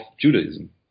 Judaism